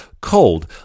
Cold